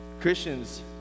Christians